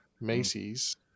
Macy's